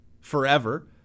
forever